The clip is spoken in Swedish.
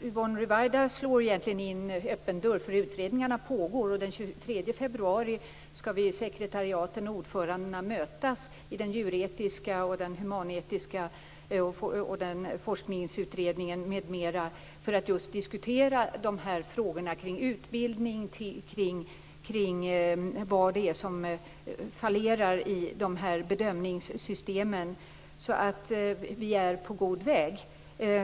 Yvonne Ruwaida slår egentligen in en öppen dörr eftersom utredningarna pågår. Den 23 februari skall sekretariaten och ordförandena mötas - det gäller forskningsutredningen, det djuretiska, det humanetiska, m.m.- för att just diskutera dessa frågor om utbildning kring vad det är som fallerar i bedömningssystemen. Vi är på god väg.